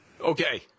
Okay